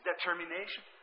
determination